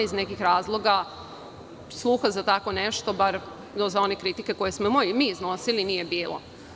Iz nekih razloga, sluha za tako nešto, bar za one kritike koje smo mi iznosili, nije bilo.